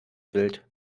wild